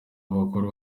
abakuru